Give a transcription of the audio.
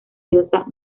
diosa